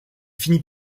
finit